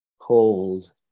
cold